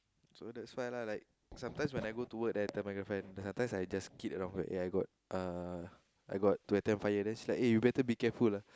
so that's why lah like sometimes when I go to work then I tell my girlfriend but sometimes I just kid around ah I got ah I got to attend fire then she like ah you better be careful lah